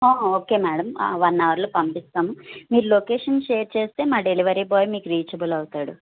okay madam one అవర్లో పంపిస్తాను మీరు లొకేషన్ షేర్ చేస్తే మా డెలివరీ బాయ్ మీకు రీచబుల్ అవుతాడు